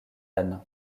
anne